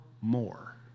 more